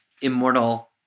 immortal